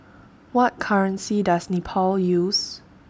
What currency Does Nepal use